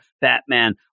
Batman